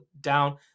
down